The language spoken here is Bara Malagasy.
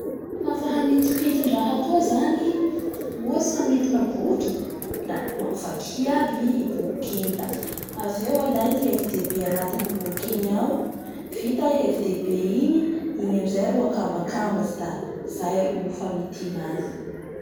Lafa hamitipitidraha koa zany ohatsy hamitina boky, la map-vakia aby i boky igny la avy eo alay ny hevidehibe anatiny boky igny ao, vita i hevidehibe igny, igny amizay ro akambakamabatsy da zay ro famitina azy.